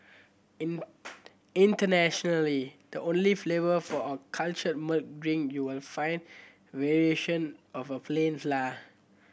in internationally the only flavour for a cultured milk drink you will find variation of a plain fly